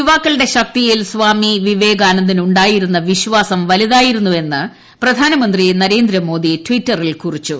യുവാക്കളുടെ ശക്തിയിൽ സ്വാമിവിവേകാന്ദനുണ്ടായിരുന്ന വിശ്വാസം വലുതായിരുന്നു എന്ന് പ്രധാനമന്ത്രി നരേന്ദ്രമോദ് ട്വിറ്ററിൽ കുറിച്ചു